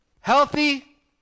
healthy